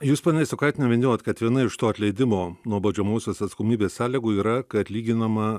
jūs ponia jasiukaitiene minėjot kad viena iš tų atleidimo nuo baudžiamosios atsakomybės sąlygų yra atlyginama